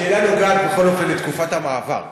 השאלה נוגעת, בכל אופן, לתקופת המעבר,